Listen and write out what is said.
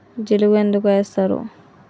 జిలుగు ఎందుకు ఏస్తరు?